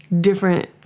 different